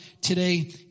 today